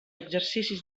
exercicis